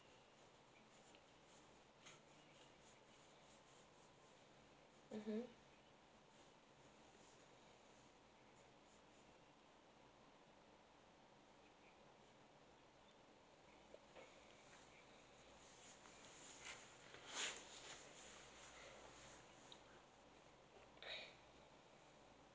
mmhmm